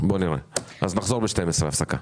נחזור ב-12:00.